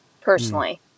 personally